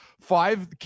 five